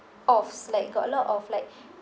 of it's like got a lot of like